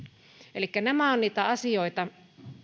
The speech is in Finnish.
elikkä nämä ovat niitä asioita